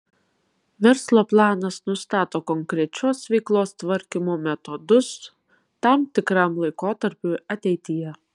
verslo planas nustato konkrečios veiklos tvarkymo metodus tam tikram laikotarpiui ateityje